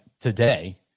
today